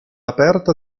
aperta